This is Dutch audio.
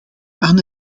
aan